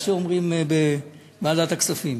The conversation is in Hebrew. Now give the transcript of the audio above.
איך שאומרים בוועדת הכספים.